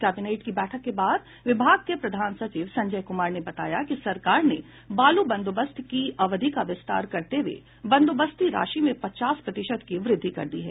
cabinet की बैठक के बाद विभाग के प्रधान सचिव संजय कुमार ने बताया कि सरकार ने बालू बंदोबस्त की अवधि का विस्तार करते हुए बंदोबस्ती राशि में पचास प्रतिशत की वृद्धि कर दी है